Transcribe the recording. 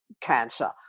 cancer